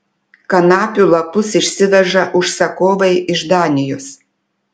kanapių lapus išsiveža užsakovai iš danijos